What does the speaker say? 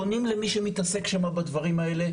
פונים למי שמתעסק שם בדברים האלה,